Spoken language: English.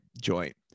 joint